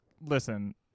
Listen